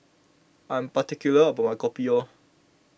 I am particular about my Kopi O